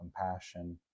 compassion